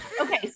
Okay